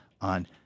on